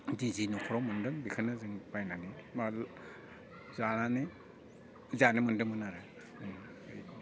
निजि न'खराव मोनदों बेखोनो जों बायनानै मा जानानै जानो मोनदोंमोन आरो